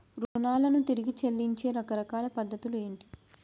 రుణాలను తిరిగి చెల్లించే రకరకాల పద్ధతులు ఏంటి?